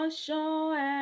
show